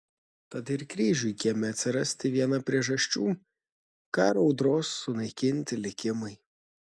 tad ir kryžiui kieme atsirasti viena priežasčių karo audros sunaikinti likimai